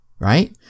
right